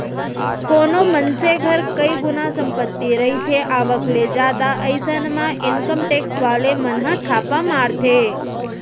कोनो मनसे घर कई गुना संपत्ति रहिथे आवक ले जादा अइसन म इनकम टेक्स वाले मन ह छापा मारथे